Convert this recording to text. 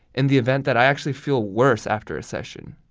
in the event that i actually feel worse after a session?